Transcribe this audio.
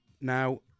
Now